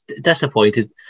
disappointed